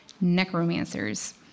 Necromancers